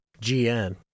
gn